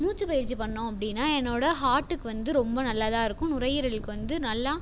மூச்சுப் பயிற்சி பண்ணோம் அப்படின்னா என்னோட ஹார்ட்டுக்கு வந்து ரொம்ப நல்லதாக இருக்கும் நுரையீரலுக்கு வந்து நல்ல